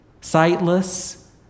sightless